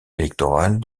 électorale